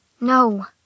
No